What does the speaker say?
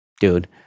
dude